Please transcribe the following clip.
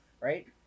Right